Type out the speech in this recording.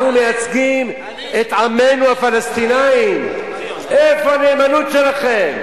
ובכל זאת אני מתפלא עליך.